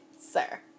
sir